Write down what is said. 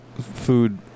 food